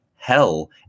Hell